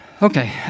Okay